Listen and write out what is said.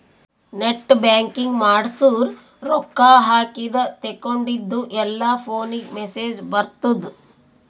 net banking ಮಾಡ್ಸುರ್ ರೊಕ್ಕಾ ಹಾಕಿದ ತೇಕೊಂಡಿದ್ದು ಎಲ್ಲಾ ಫೋನಿಗ್ ಮೆಸೇಜ್ ಬರ್ತುದ್